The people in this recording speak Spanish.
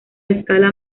escala